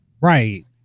right